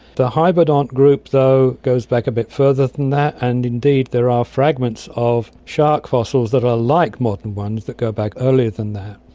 the hybodont group though goes back a bit further than that, and indeed there are fragments of shark fossils that are like modern ones that go back earlier than that.